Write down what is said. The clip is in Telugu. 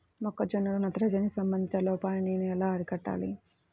మొక్క జొన్నలో నత్రజని సంబంధిత లోపాన్ని నేను ఎలా అరికట్టాలి?